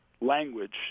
language